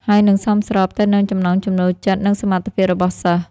ហើយនិងសមស្របទៅនឹងចំណង់ចំណូលចិត្តនិងសមត្ថភាពរបស់សិស្ស។